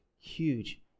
huge